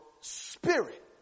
spirit